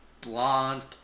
blonde